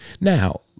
Now